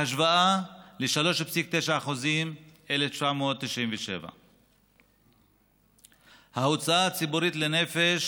בהשוואה ל-%3.9 ב-1997; ההוצאה הציבורית לנפש